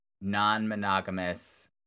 non-monogamous